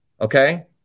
okay